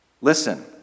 Listen